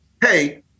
hey